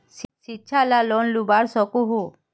शिक्षा ला लोन लुबा सकोहो?